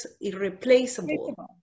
irreplaceable